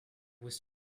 was